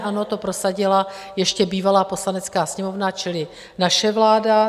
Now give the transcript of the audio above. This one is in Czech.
Ano, to prosadila ještě bývalá Poslanecká sněmovna, čili naše vláda.